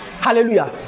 hallelujah